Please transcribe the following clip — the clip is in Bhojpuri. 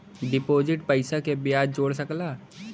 डिपोसित पइसा के बियाज जोड़ सकला